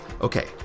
Okay